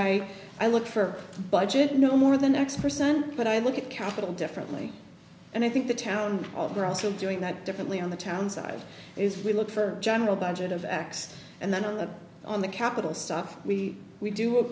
i i look for budget no more than x percent but i look at capital differently and i think the town of gross i'm doing that differently on the town side is we look for general budget of x and then on the on the capital stuff we we do